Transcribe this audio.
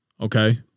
Okay